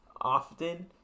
often